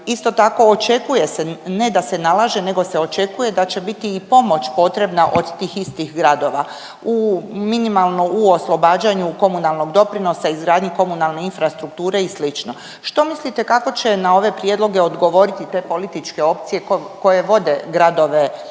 Isto tako, očekuje se, ne da se nalaže se nego se očekuje da će biti i pomoć potrebna od tih istih gradova. U minimalno, u oslobađanju komunalnog doprinosa, izgradnje komunalne infrastrukture i sl. Što mislite, kako će na ove prijedloge odgovoriti te političke opcije koje vode gradove Dubrovnik,